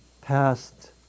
past